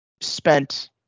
spent